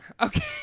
Okay